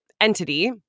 entity